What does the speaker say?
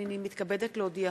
הנני מתכבדת להודיעכם,